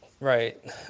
Right